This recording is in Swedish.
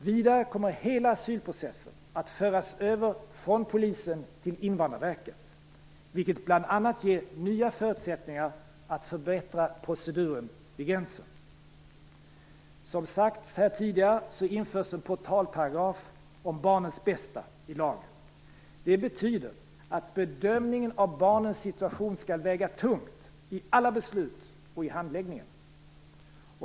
Vidare kommer hela asylprocessen att föras över från Polisen till Invandrarverket, vilket bl.a. ger nya förutsättningar att förbättra proceduren vid gränsen. Som sagts här tidigare införs i lagen en portalparagraf om barnets bästa. Det betyder att bedömningen av barnens situation skall väga tungt i alla beslut och i handläggningen.